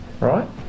Right